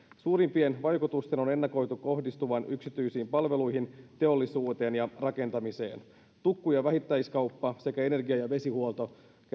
suurimpien vaikutusten on ennakoitu kohdistuvan yksityisiin palveluihin teollisuuteen ja rakentamiseen tukku ja vähittäiskauppa sekä energia ja vesihuolto